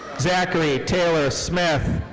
zachary ah taylor smith.